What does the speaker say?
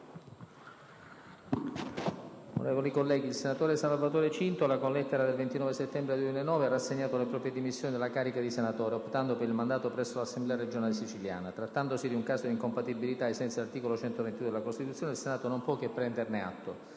il senatore Salvatore Cintola, con lettera del 29 settembre 2009, ha rassegnato le proprie dimissioni dalla carica di senatore optando per il mandato presso l'Assemblea regionale siciliana. Trattandosi di un caso di incompatibilità, ai sensi dell'articolo 122 della Costituzione, il Senato non può che prenderne atto.